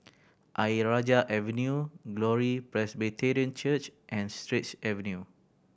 Ayer Rajah Avenue Glory Presbyterian Church and Straits Avenue